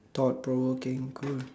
thought provoking cool